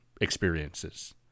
experiences